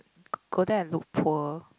go there and look poor